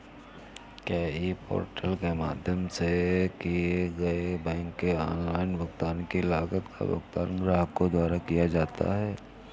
क्या e portal के माध्यम से किए गए बैंक के ऑनलाइन भुगतान की लागत का भुगतान ग्राहकों द्वारा किया जाता है?